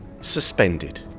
suspended